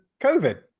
COVID